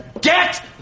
get